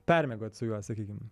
permiegot su juo sakykim